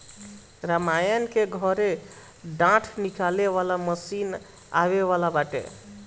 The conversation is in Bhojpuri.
रामनारायण के घरे डाँठ निकाले वाला मशीन आवे वाला बाटे